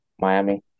Miami